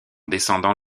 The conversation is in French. descendant